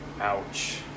Ouch